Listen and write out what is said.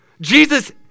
Jesus